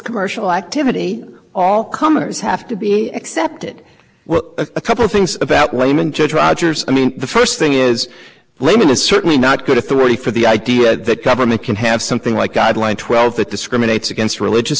commercial activity all comers have to be accepted a couple things about women judge rogers i mean the first thing is limit is certainly not good authority for the idea that government can have something like guideline twelve that discriminates against religious